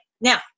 Now